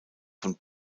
von